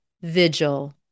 vigil